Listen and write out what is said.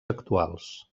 actuals